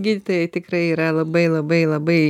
gydytojai tikrai yra labai labai labai